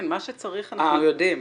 מה שצריך, אנחנו יודעים.